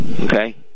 Okay